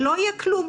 לא יהיה כלום.